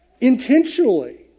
Intentionally